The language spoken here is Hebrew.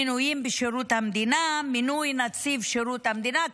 מינויים בשירות המדינה, מינוי נציב שירות המדינה.